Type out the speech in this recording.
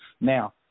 Now